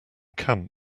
camp